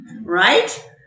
right